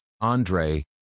Andre